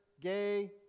gay